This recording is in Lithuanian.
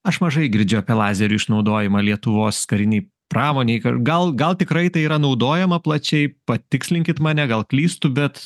aš mažai girdžiu apie lazerių išnaudojimą lietuvos karinėj pramonėj ka gal gal tikrai tai yra naudojama plačiai patikslinkit mane gal klystu bet